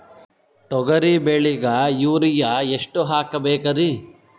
ತೊಗರಿ ಬೆಳಿಗ ಯೂರಿಯಎಷ್ಟು ಹಾಕಬೇಕರಿ?